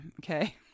okay